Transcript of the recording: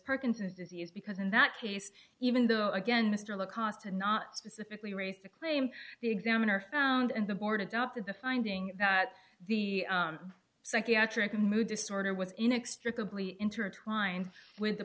parkinson's disease because in that case even though again mr low cost and not specifically raised the claim the examiner found and the board adopted the finding that the psychiatric mood disorder was inextricably intertwined with the